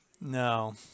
No